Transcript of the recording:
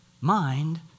mind